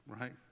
right